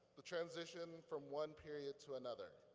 the transition from one period to another.